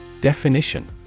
Definition